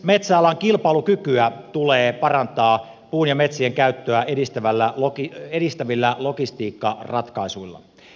metsäalan kilpailukykyä tulee parantaa myös puun ja metsien käyttöä edistävillä logistiikkaratkaisuilla